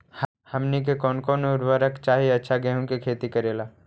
हमनी के कौन कौन उर्वरक चाही अच्छा गेंहू के खेती करेला?